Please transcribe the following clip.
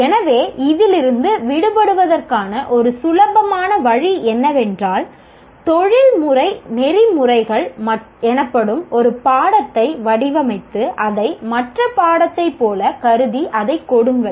எனவே இதிலிருந்து விடுபடுவதற்கான ஒரு சுலபமான வழி என்னவென்றால் தொழில்முறை நெறிமுறைகள் எனப்படும் ஒரு பாடத்தை வடிவமைத்து அதை மற்ற பாடத்தை போல கருதி அதைக் கொடுங்கள்